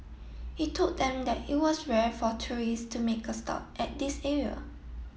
he told them that it was rare for tourist to make a stop at this area